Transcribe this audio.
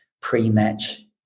pre-match